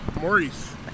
Maurice